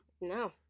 No